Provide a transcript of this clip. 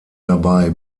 dabei